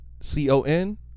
C-O-N